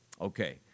Okay